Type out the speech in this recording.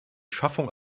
schaffung